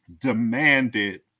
demanded